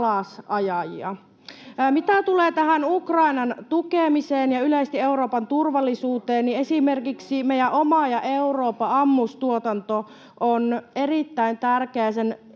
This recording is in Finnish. Mitä tulee tähän Ukrainan tukemiseen ja yleisesti Euroopan turvallisuuteen, niin esimerkiksi meidän oma ja Euroopan ammustuotanto on erittäin tärkeää. Sen